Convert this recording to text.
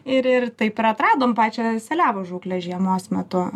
ir ir taip ir atradom pačią seliavų žūklę žiemos metu